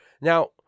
Now